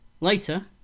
Later